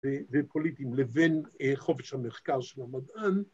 ו.. ופוליטיים לבין אה.. חופש המחקר של המדען